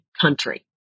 country